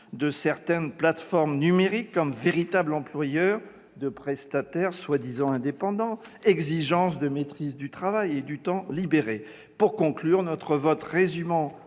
de certaines plateformes numériques comme les véritables employeurs de prestataires prétendument indépendants, exigence de maîtrise du travail et du temps libéré. Pour conclure, nous voterons